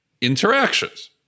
interactions